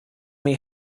may